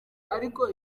ariko